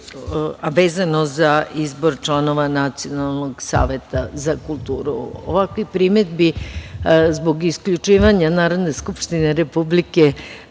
vezano za izbor članova Nacionalnog saveta za kulturu. Ovakvih primedbi zbog isključivanja Narodne skupštine Republike